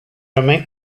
romain